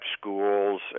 schools